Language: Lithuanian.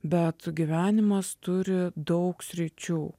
bet gyvenimas turi daug sričių